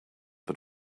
but